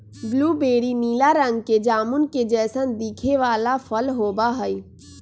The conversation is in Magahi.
ब्लूबेरी नीला रंग के जामुन के जैसन दिखे वाला फल होबा हई